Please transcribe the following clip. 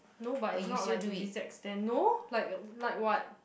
no but it's not like to this extent no like like what